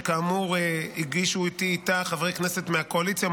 שכאמור הגישו איתי אותה חברי כנסת מהקואליציה,